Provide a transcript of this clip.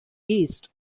east